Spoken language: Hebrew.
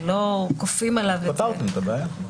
ולא כופים עליו את זה,